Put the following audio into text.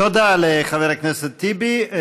תודה לחבר הכנסת טיבי.